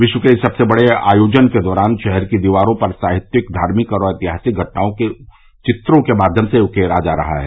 विश्व के इस सबसे बड़े आयोजन के दौरान शहर की दीवारों पर साहित्यिक धार्मिक और ऐतिहासिक घटनाओं को चित्रों के माध्यम से उकेरा जा रहा है